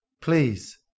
Please